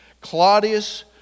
Claudius